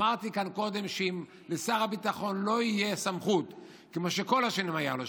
אמרתי כאן קודם שאם לשר הביטחון לא תהיה סמכות כמו שכל השנים הייתה לו,